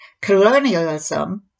colonialism